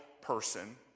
person